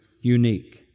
unique